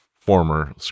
former